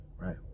right